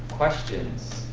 questions.